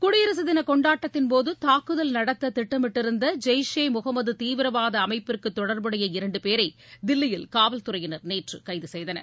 குடியரசு தின கொண்டாட்டத்தின்போது தாக்குதல் நடத்த திட்டமிட்டிருந்த ஜெய்ஷே முகமது தீவிரவாத அமைப்புக்கு தொடர்புடைய இரண்டு பேரை தில்லியில் காவல்துறையினர் நேற்று கைது செய்தனர்